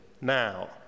now